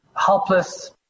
helpless